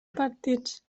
partits